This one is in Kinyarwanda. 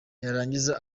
yarangiza